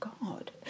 god